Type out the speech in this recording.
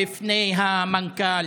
בפני המנכ"ל,